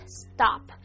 stop